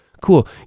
cool